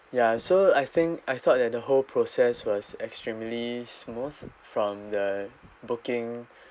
ya so I think I thought that the whole process was extremely smooth from the booking